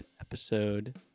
episode